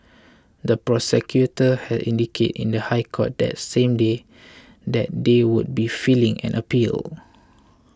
the prosecutors had indicated in the High Court that same day that they would be filing an appeal